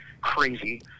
crazy